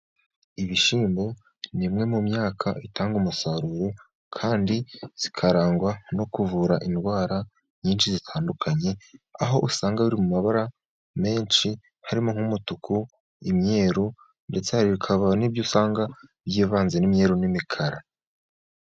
Ibishyimbo ni imwe mu myaka itanga umusaruro kandi ikarangwa no kuvura indwara nyinshi zitandukanye , aho usanga biri mu mabara menshi harimo nk'umutuku imyeru , ndetse hakaba n'ibyo usanga byivanze n'imweru n'imikara.